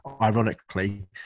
ironically